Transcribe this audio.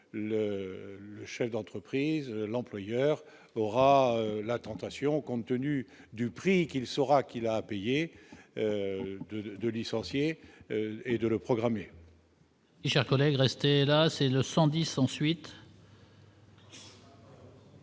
le chef d'entreprise, l'employeur aura la tentation, compte tenu du prix qu'il saura qu'il a payé de de licencier et de le programmer.